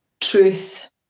truth